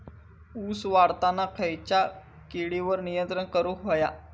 ऊस वाढताना खयच्या किडींवर नियंत्रण करुक व्हया?